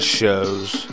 shows